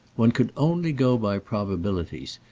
one could only go by probabilities,